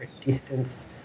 distance